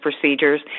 procedures